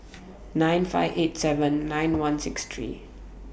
nine five eight seven nine one six three